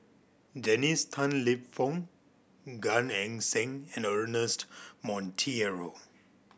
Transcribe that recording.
Dennis Tan Lip Fong Gan Eng Seng and Ernest Monteiro